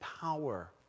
power